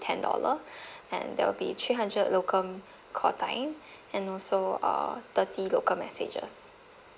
ten dollar and there will be three hundred local call time and also uh thirty local messages